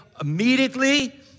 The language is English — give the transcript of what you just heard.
immediately